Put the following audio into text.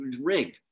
rig